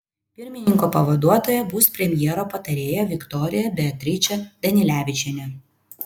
pirmininko pavaduotoja bus premjero patarėja viktorija beatričė danilevičienė